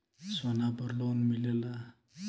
सोना पर लोन मिलेला?